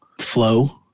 flow